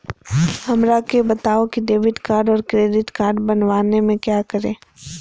हमरा के बताओ की डेबिट कार्ड और क्रेडिट कार्ड बनवाने में क्या करें?